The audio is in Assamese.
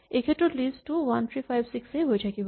এইক্ষেত্ৰত লিষ্ট টু 1356 এই হৈ থাকিব